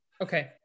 Okay